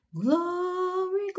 glory